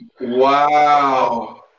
Wow